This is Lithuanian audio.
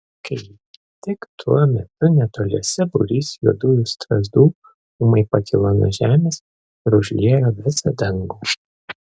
kaip tik tuo metu netoliese būrys juodųjų strazdų ūmai pakilo nuo žemės ir užliejo visą dangų